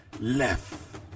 left